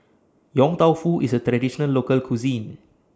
Yong Tau Foo IS A Traditional Local Cuisine